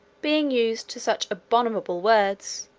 being used to such abominable words,